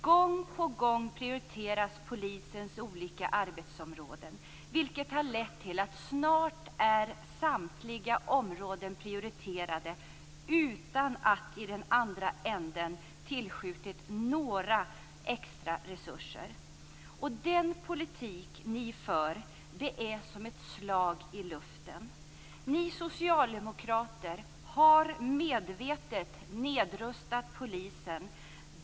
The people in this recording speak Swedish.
Gång på gång prioriteras polisens olika arbetsområden, vilket har lett till att snart är samtliga områden prioriterade utan att man i den andra änden har tillskjutit några extra resurser. Den politik ni för är som ett slag i luften. Ni socialdemokrater har medvetet nedrustat polisen.